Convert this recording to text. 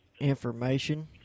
information